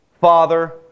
Father